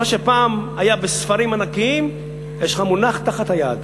מה שפעם היה בספרים ענקיים מונח לך תחת היד.